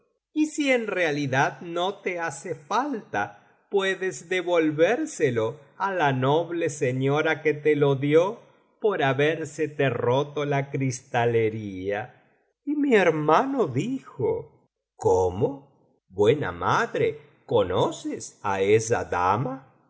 y si en realidad no te hace falta puedes devolvérselo á la noble señora que te lo dio por habérsete roto la cristalería y mi hermano dijo cómo buena madre conoces á esa dama